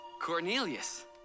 Cornelius